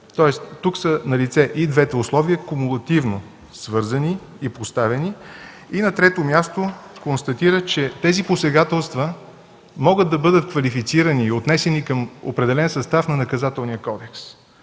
тоест тук са налице и двете условия, кумулативно свързани и поставени. На трето място, констатира, че тези посегателства могат да бъдат квалифицирани и отнесени към определен състав на Наказателния кодекс.